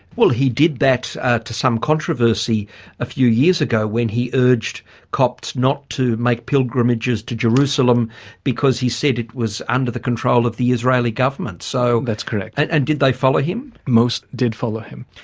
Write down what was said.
well he did that to some controversy a few years ago when he urged copts not to make pilgrimages to jerusalem because he said it was under the control of the israeli government. so that's correct. and and did they follow him? most did follow him.